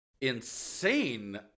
insane